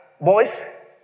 boys